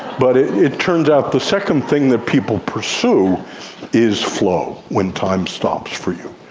but it it turns out the second thing that people pursue is flow, when time stops for you.